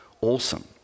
awesome